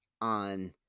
on